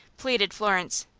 pleaded florence.